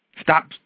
Stop